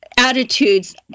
attitudes